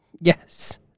Yes